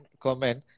comment